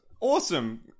Awesome